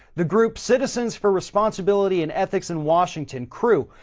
the group citizens for responsibility and ethics in washington, crew,